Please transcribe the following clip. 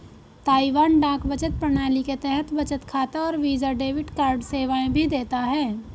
Taiwan डाक बचत प्रणाली के तहत बचत खाता और वीजा डेबिट कार्ड सेवाएं भी देता है